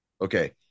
Okay